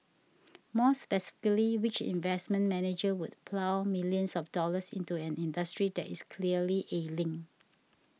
more specifically which investment manager would plough millions of dollars into an industry that is clearly ailing